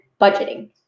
budgeting